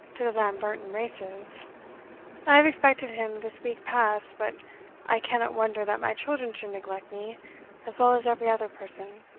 to the lamberton races i have expected him this week past but i cannot wonder that my children should neglect me as well as every other person.